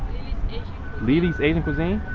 yeah lili's asian cuisine.